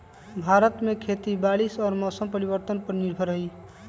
भारत में खेती बारिश और मौसम परिवर्तन पर निर्भर हई